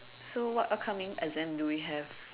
so what upcoming exam do we have